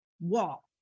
wall